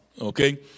okay